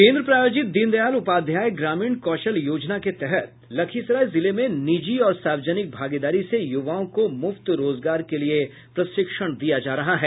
केंद्र प्रायोजित दीन दयाल उपाध्याय ग्रामीण कौशल्य योजना के तहत लखीसराय जिले में निजी और सार्वजनिक भागीदारी से युवाओं को मुफ्त रोजगार के लिये प्रशिक्षण दिया जा रहा है